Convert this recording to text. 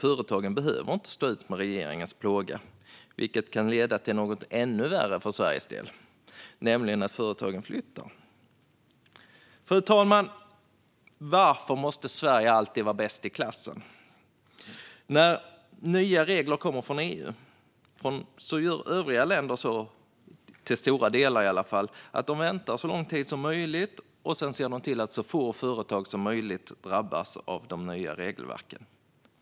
Företagen behöver inte stå ut med regeringens plåga utan kan göra något som kan leda till något ännu värre för Sveriges del. De kan nämligen flytta. Fru talman! Varför måste Sverige alltid vara bäst i klassen? När nya regler kommer från EU väntar många av övriga länder så lång tid som möjligt. Sedan ser de till att så få företag som möjligt drabbas av de nya regelverken.